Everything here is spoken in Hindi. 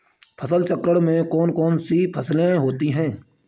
फसल चक्रण में कौन कौन सी फसलें होती हैं?